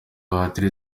batiri